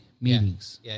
meetings